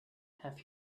have